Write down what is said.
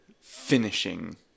finishing